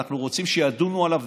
ואנחנו רוצים שידונו עליו,